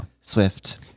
Swift